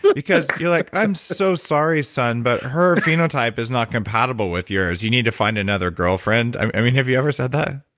but because you're like, i'm so sorry, son, but her phenotype is not compatible with yours. you need to find another girlfriend. i mean have you ever said that?